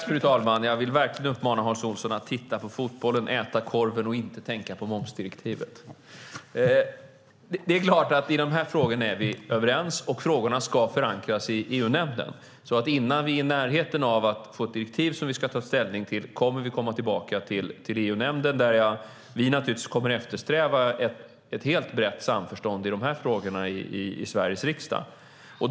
Fru talman! Jag uppmanar Hans Olsson att titta på fotbollen och äta korven och inte tänka på momsdirektivet. Vi är överens i dessa frågor, och de ska förankras i EU-nämnden. Innan vi är i närheten av att få ett direktiv som vi ska ta ställning till kommer vi till EU-nämnden, och vi kommer givetvis att eftersträva ett brett samförstånd i Sveriges riksdag.